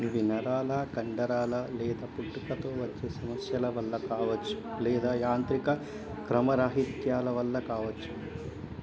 ఇవి నరాలు కండరాలు లేదా పుట్టుకతో వచ్చే సమస్యల వల్ల కావచ్చు లేదా యాంత్రిక క్రమరాహిత్యాల వల్ల కావచ్చు